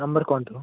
number କୁହନ୍ତୁ